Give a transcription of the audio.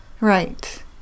Right